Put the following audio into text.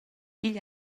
igl